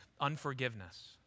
unforgiveness